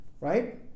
right